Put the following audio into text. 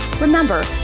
Remember